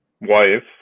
wife